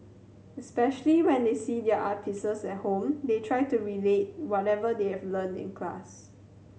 especially when they see their art pieces at home they try to relate whatever they have learnt in the class